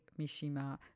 Mishima